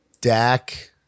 Dak